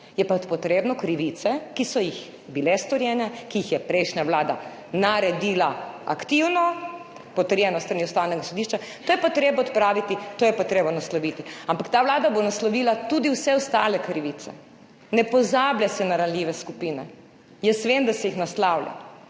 Je pa treba krivice, ki so bile storjene, ki jih je prejšnja vlada naredila, aktivno, potrjeno s strani Ustavnega sodišča, to je pa treba odpraviti, to je pa treba nasloviti. Ampak ta vlada bo naslovila tudi vse ostale krivice. Ne pozablja se na ranljive skupine, jaz vem, da se jih naslavlja.